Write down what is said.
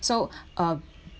so um